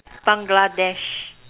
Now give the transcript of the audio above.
Bangladesh